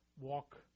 walk